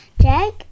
Jack